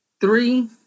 Three